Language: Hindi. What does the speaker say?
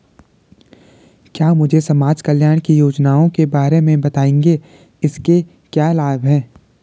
क्या मुझे समाज कल्याण की योजनाओं के बारे में बताएँगे इसके क्या लाभ हैं?